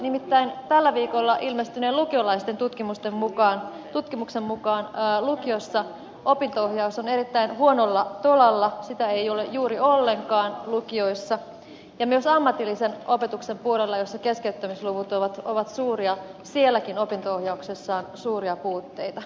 nimittäin tällä viikolla ilmestyneen lukiolaisten tutkimuksen mukaan lukioissa opinto ohjaus on erittäin huonolla tolalla sitä ei ole juuri ollenkaan ja myös ammatillisen opetuksen puolella jolla keskeyttämisluvut ovat suuria sielläkin opinto ohjauksessa on suuria puutteita